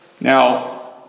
Now